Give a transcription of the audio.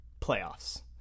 playoffs